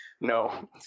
No